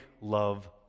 love